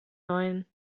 neuen